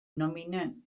nominan